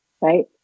right